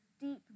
deep